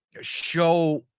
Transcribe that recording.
show